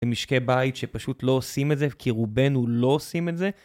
זה משקי בית שפשוט לא עושים את זה, כי רובנו לא עושים את זה.